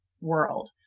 world